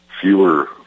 fewer